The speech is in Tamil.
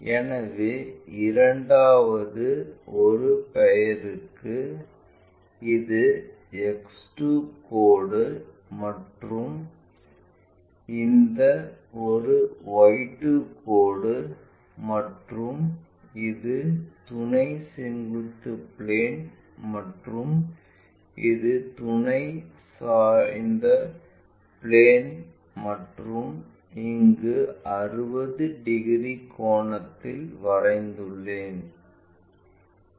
எனவே இரண்டாவது ஒரு பெயருக்கு இது X 2 கோடு மற்றும் இந்த ஒரு Y 2 கோடு மற்றும் இது துணை செங்குத்து பிளேன் மற்றும் இது துணை சாய்ந்த பிளேன் மற்றும் இங்கு 60 டிகிரி கோணத்தில் வரைந்துள்ளேன்